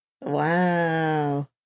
Wow